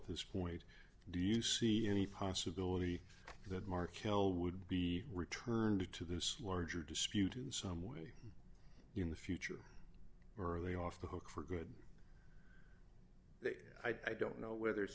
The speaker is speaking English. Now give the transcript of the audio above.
at this point do you see any possibility that markel would be returned to this larger dispute in some way in the future early off the hook for good i don't know whether